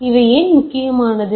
எனவே இது ஏன் முக்கியமானது